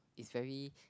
it's very